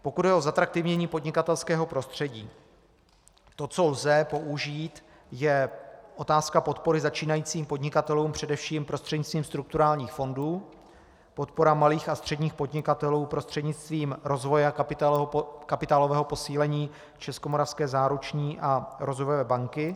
Pokud jde o zatraktivnění podnikatelského prostředí, to, co lze použít, je otázka podpory začínajícím podnikatelům především prostřednictvím strukturálních fondů, podpora malých a středních podnikatelů prostřednictvím rozvoje a kapitálového posílení Českomoravské záruční a rozvojové banky.